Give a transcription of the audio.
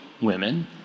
women